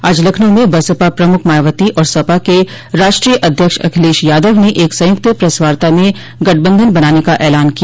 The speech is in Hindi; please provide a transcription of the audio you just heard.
आज लखनऊ में बसपा प्रमुख मायावती और सपा के राष्ट्रीय अध्यक्ष अखिलेश यादव ने एक संयुक्त प्रेसवार्ता में गठबंधन बनाने का ऐलान किया